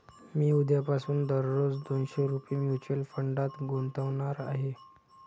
मी उद्यापासून दररोज दोनशे रुपये म्युच्युअल फंडात गुंतवणार आहे